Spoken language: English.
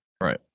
Right